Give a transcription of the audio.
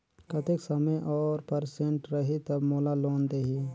कतेक समय और परसेंट रही तब मोला लोन देही?